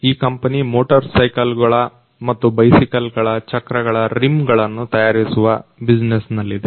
ಈ company motor cycle ಗಳು ಮತ್ತು ಬೈಸಿಕಲ್ಗಳ ಚಕ್ರಗಳ ರಿಮ್ ಗಳನ್ನು ತಯಾರಿಸುವ ಬಿಸಿನೆಸ್ ನಲ್ಲಿದೆ